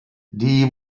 die